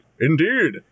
Indeed